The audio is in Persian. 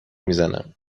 میزنم